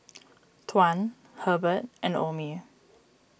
Tuan Hebert and Omie